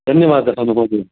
धन्यवादः महोदय